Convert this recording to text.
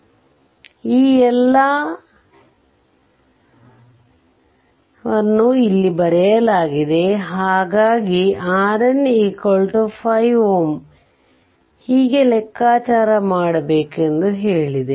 ಆದ್ದರಿಂದ ಈ ಎಲ್ಲಾ ಇಲ್ಲಿ ಬರೆಯಲಾಗಿದೆ ಹಾಗಾಗಿ RN 5 Ω ಹೇಗೆ ಲೆಕ್ಕಾಚಾರ ಮಾಡಬೇಕೆಂದು ಹೇಳಿದೆ